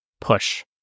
push